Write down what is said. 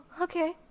Okay